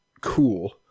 cool